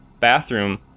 bathroom